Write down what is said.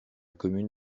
commune